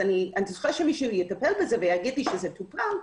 אז אני צריכה שמישהו יטפל בזה ויגיד שזה מטופל.